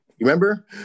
Remember